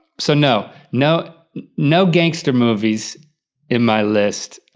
so no, no no gangster movies in my list.